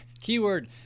Keyword